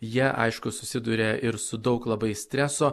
jie aišku susiduria ir su daug labai streso